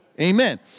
Amen